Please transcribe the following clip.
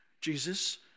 Jesus